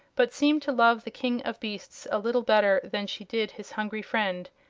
but seemed to love the king of beasts a little better than she did his hungry friend,